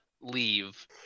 leave